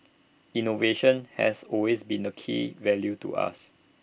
innovation has always been A key value to us